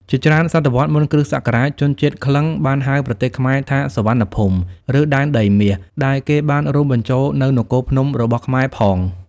ជាច្រើនសតវត្សរ៍មុនគ្រិស្តសករាជជនជាតិក្លិង្គ បានហៅ ប្រទេសខ្មែរថា សុវណ្ណភូមិ ឬ ដែនដីមាស ដែលគេបានរួមបញ្ចូលនូវនគរភ្នំ របស់ខ្មែរផង។